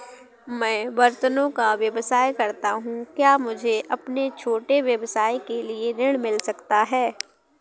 मैं बर्तनों का व्यवसाय करता हूँ क्या मुझे अपने छोटे व्यवसाय के लिए ऋण मिल सकता है?